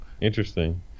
Interesting